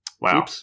Wow